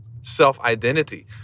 self-identity